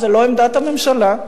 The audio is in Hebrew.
זו לא עמדת הממשלה?